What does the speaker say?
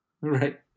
Right